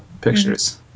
pictures